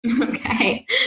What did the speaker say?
Okay